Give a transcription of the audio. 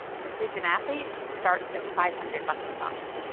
precision athlete starts at five hundred bucks a month